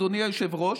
אדוני היושב-ראש,